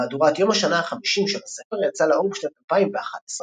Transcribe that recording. מהדורת יום השנה ה-50 של הספר יצאה לאור בשנת 2011 והציגה